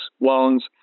loans